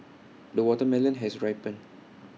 the watermelon has ripened